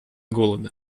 голода